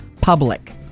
public